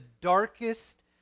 darkest